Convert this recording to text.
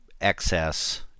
excess